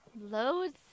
loads